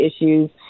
issues